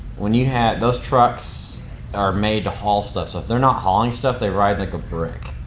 when you have. those trucks are made to haul stuff, so if they're not hauling stuff, they ride like a brick.